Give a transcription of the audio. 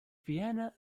vienna